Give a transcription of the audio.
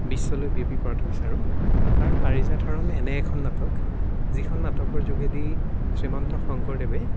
বিশ্বলৈ বিয়পি পৰাটো বিচাৰোঁ কাৰণ পাৰিজাত হৰণ এনে এখন নাটক যিখন নাটকৰ যোগেদি শ্ৰীমন্ত শংকৰদেৱে